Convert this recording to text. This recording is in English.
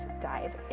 dive